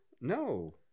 No